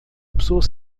pessoas